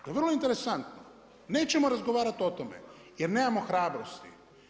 Dakle vrlo interesantno, nećemo razgovarati o tome jer nemamo hrabrosti.